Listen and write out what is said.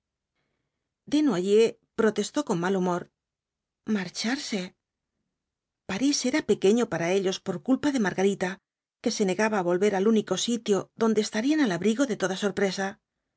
olvidados desnoyers protestó con mal humor marcharse parís era pequeño para ellos por culpa de margarita que se negaba á volver al único sitio donde estarían al abrigo de toda sorpresa